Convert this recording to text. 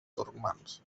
turcmans